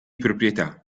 proprietà